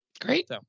Great